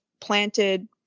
planted